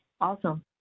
Awesome